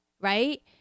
right